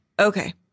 Okay